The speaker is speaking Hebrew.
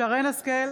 שרן מרים השכל,